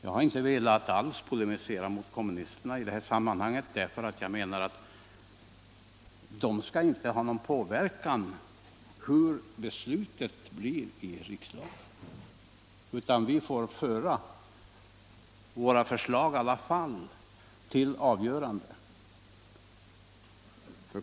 Jag har inte alls velat polemisera mot kommunisterna i detta sammanhang, för jag menar att de inte skall ha någon inverkan på hur beslutet blir i riksdagen, utan vi får i alla fall föra våra förslag till avgörande.